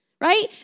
right